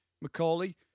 Macaulay